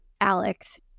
Alex